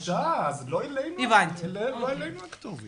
בבקשה, אז לא אלינו הכתובת.